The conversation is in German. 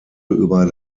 über